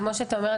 כמו שאתה אומר,